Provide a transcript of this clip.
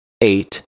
eight